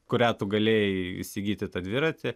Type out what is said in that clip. kurią tu galėjai įsigyti tą dviratį